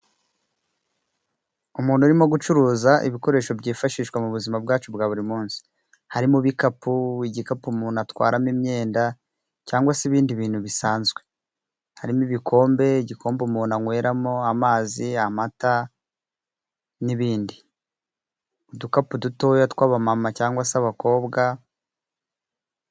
Umuntu urimo gucuruza ibikoresho byifashishwa mu buzima bwacu bwa buri munsi. Harimo ibikapu, igikapu umuntu atwaramo imyenda cyangwa se ibindi bintu bisanzwe. Harimo ibikombe, igikombe umuntu anyweramo amazi, amata n'ibindi. Udukapu dutoya tw'abamama cyangwa se abakobwa.